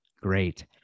great